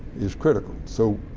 is critical. so,